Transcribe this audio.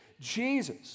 Jesus